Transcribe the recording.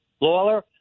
Lawler